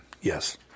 Yes